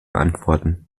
antworten